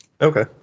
Okay